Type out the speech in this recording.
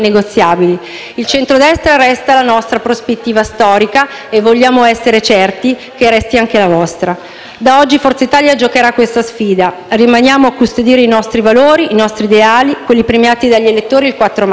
Il centrodestra resta la nostra prospettiva storica e vogliamo essere certi che resti anche la vostra. Da oggi Forza Italia giocherà questa sfida. Rimaniamo a custodire i nostri valori, i nostri ideali, quelli premiati dagli elettori il 4 marzo.